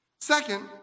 Second